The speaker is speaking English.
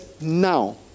now